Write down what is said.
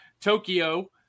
Tokyo